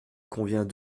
convient